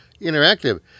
Interactive